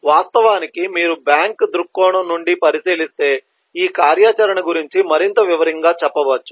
వాస్తవానికి మీరు బ్యాంక్ దృక్కోణం నుండి పరిశీలిస్తే ఈ కార్యాచరణ గురించి మరింత వివరంగా చెప్పవచ్చు